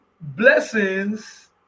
blessings